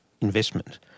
investment